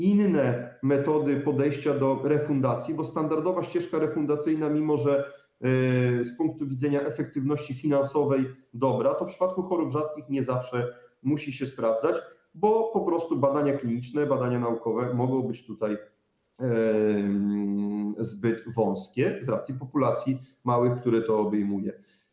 Inne metody podejścia do refundacji, bo standardowa ścieżka refundacyjna, mimo że z punktu widzenia efektywności finansowej dobra, w przypadku chorób rzadkich nie zawsze musi się sprawdzać, bo po prostu badania kliniczne, badania naukowe mogą być zbyt wąskie z racji małych populacji, które to obejmuje.